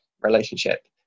relationship